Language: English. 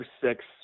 six